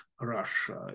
Russia